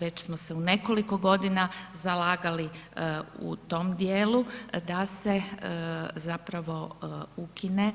Već smo se u nekoliko godina zalagali u tom dijelu da se zapravo ukine